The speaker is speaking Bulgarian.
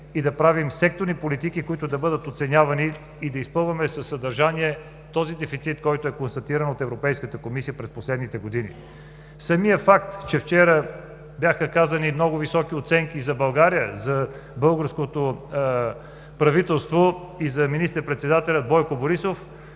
и да правим секторни политики, които да бъдат оценявани и да изпълваме със съдържание този дефицит, който е констатиран от Европейската комисия през последните години. Самият факт, че вчера бяха дадени много високи оценки за България, за българското правителство и за министър-председателя Бойко Борисов